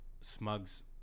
Smug's